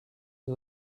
who